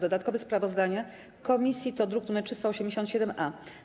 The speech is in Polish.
Dodatkowe sprawozdanie komisji to druk nr 387-A.